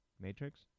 Matrix